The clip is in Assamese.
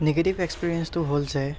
নিগেটিভ্ এক্সপেৰিয়েন্সটো হ'ল যে